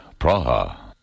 Praha